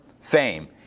fame